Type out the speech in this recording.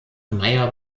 meyer